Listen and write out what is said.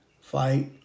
fight